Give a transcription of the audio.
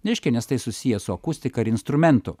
reiškia nes tai susiję su akustika ir instrumentu